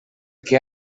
què